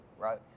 right